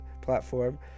platform